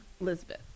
Elizabeth